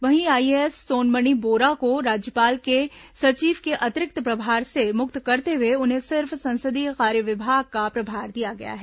वहीं आईएएस सोनमणि बोरा को राज्यपाल के सचिव के अतिरिक्त प्रभार से मुक्त करते हुए उन्हें सिर्फ संसदीय कार्य विभाग का प्रभार दिया गया है